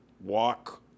walk